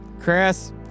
Chris